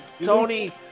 Tony